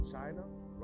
China